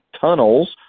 tunnels